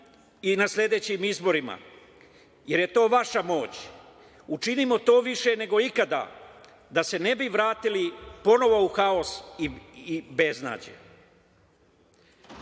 i na sledećim izborima, jer je to vaša moć. Učinimo to više nego ikada, da se ne bi vratili ponovo u haos i beznađe. Vi